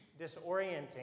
disorienting